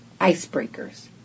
icebreakers